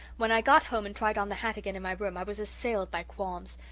when i got home and tried on the hat again in my room i was assailed by qualms.